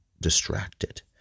distracted